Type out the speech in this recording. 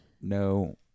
No